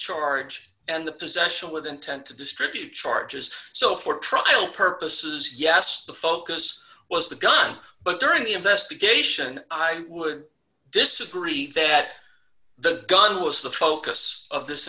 citroen arge and the possession with intent to distribute charges so for trial purposes yes the focus was the gun but during the investigation i would disagree that the gun was the focus of this